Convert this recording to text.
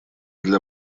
для